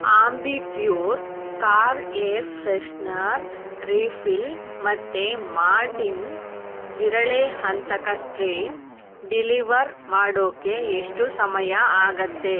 Ambi Pur car air freshener refill ಮತ್ತೆ Mortein ಜಿರಳೆ ಹಂತಕ ಸ್ಪ್ರೇ ಡೆಲಿವರ್ ಮಾಡೋಕೆ ಎಷ್ಟು ಸಮಯ ಆಗುತ್ತೆ